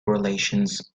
relations